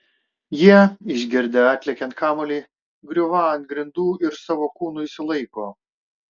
jie išgirdę atlekiant kamuolį griūvą ant grindų ir savo kūnu jį sulaiko